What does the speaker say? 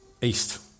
east